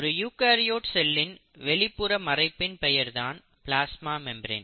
ஒரு யூகரியோட் செல்லின் வெளிப்புற மறைப்பின் பெயர்தான் பிளாஸ்மா மெம்பிரேன்